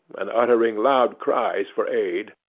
and uttering loud cries for aid.